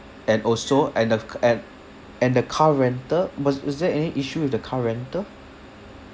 and also and the c~ and and the car rental was was there any issue with the car rental